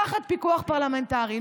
תחת פיקוח פרלמנטרי.